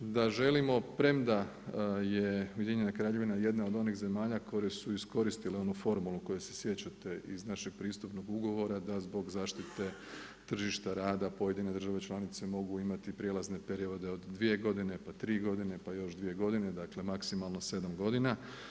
Da želimo, premda je UK jedna od onih zemalja koje su iskoristile onu formulu koju se sjećate iz našeg pristupnog ugovora, da zbog zaštite tržišta rada pojedine države članice mogu imati prijelazne periode od 2 godine, pa 3 godine pa još 2 godine, dakle, maksimalno 7 godina.